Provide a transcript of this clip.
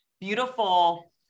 beautiful